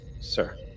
sir